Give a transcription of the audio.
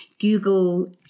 Google